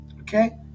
Okay